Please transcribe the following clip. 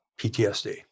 PTSD